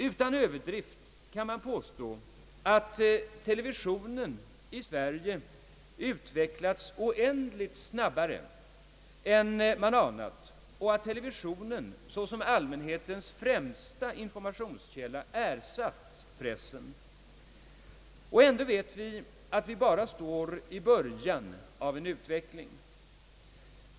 Utan överdrift kan man påstå att televisionen i Sverige har utvecklats oändligt snabbare än man anat och att televisionen såsom allmänhetens främsta informationskälla ersatt pressen. Ändå vet vi att vi bara står i början av en utveckling.